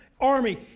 army